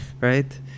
Right